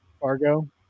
Fargo